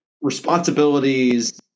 responsibilities